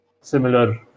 similar